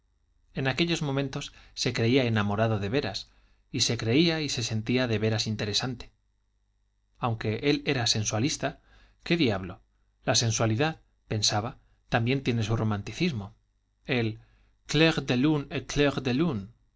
en aquellos momentos se creía enamorado de veras y se creía y se sentía de veras interesante aunque él era sensualista qué diablo la sensualidad pensaba también tiene su romanticismo el claire de lune